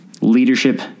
leadership